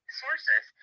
sources